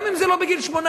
גם אם זה לא בגיל 18,